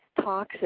talks